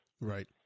Right